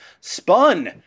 Spun